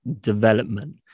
development